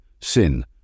Sin